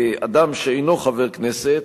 אדם שאינו חבר כנסת,